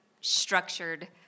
structured